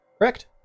Correct